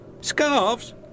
Scarves